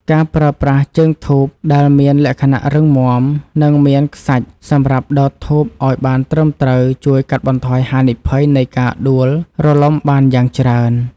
ការប្រើប្រាស់ជើងធូបដែលមានលក្ខណៈរឹងមាំ និងមានខ្សាច់សម្រាប់ដោតធូបឱ្យបានត្រឹមត្រូវជួយកាត់បន្ថយហានិភ័យនៃការដួលរលំបានយ៉ាងច្រើន។